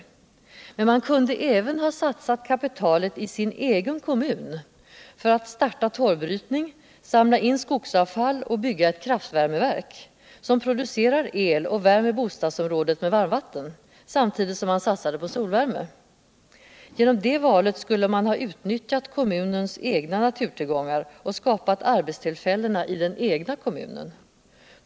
Eller man kunde ha satsat kapital i sin egen kommun för utt starta torvbrytning, samla in skogsavfall och bygga ett kraftvärmeverk som producerar el och värmer bostadsområdet med varmvatten, samtidigt som man satsade på solvärme. Genom det valet skulle man ha utnyttjat kommunens egna naturtillgångar och skapat arbetstillfällena 1 den egna kommunen.